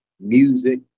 music